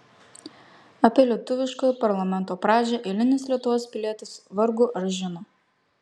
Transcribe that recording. apie lietuviškojo parlamento pradžią eilinis lietuvos pilietis vargu ar žino